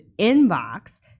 inbox